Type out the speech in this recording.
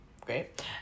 great